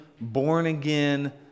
born-again